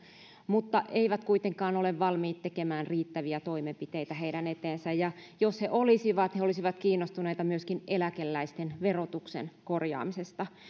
mutta eivät kuitenkaan ole valmiita tekemään riittäviä toimenpiteitä heidän eteensä jos he olisivat he olisivat kiinnostuneita myöskin eläkeläisten verotuksen korjaamisesta